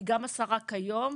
שהיא גם השרה כיום,